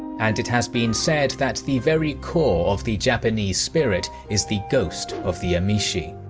and it has been said that the very core of the japanese spirit is the ghost of the emishi.